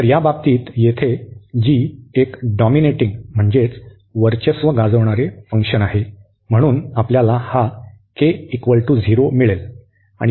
तर या बाबतीत येथे g एक डॉमिनेटिंग म्हणजे वर्चस्व असणारे फंक्शन आहे म्हणून आपल्याला हा 0 मिळेल